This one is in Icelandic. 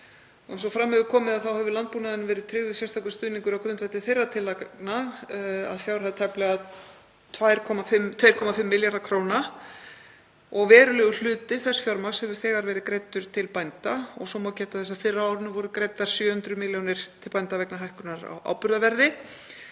Eins og fram hefur komið hefur landbúnaðinum verið tryggður sérstakur stuðningur á grundvelli þeirra tillagna að fjárhæð tæplega 2,5 milljarðar kr. Verulegur hluti þess fjármagns hefur þegar verið greiddur til bænda og svo má geta þess að fyrr á árinu voru greiddar 700 milljónir til bænda vegna hækkunar á áburðarverði